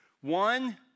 One